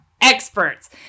experts